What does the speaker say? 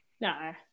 No